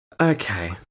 Okay